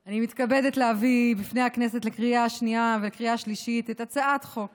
אני מתכבדת להביא בפני הכנסת לקריאה השנייה ולקריאה השלישית את הצעת חוק